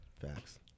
Facts